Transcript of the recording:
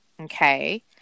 Okay